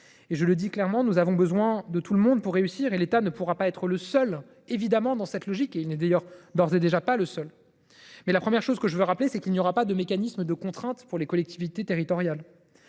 Je le dis clairement : nous avons besoin de tout le monde pour réussir, et l’État ne pourra pas être le seul à réaliser des efforts. Ce n’est d’ailleurs d’ores et déjà pas le cas. La première chose que je veux rappeler, c’est qu’il n’y aura pas de mécanisme de contrainte pour les collectivités territoriales.